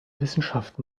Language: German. wissenschaft